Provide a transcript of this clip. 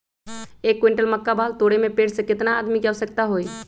एक क्विंटल मक्का बाल तोरे में पेड़ से केतना आदमी के आवश्कता होई?